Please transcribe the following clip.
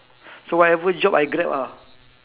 so whatever job I grab ah